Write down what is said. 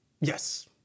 Yes